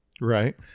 Right